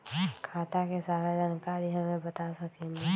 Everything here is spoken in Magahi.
खाता के सारा जानकारी हमे बता सकेनी?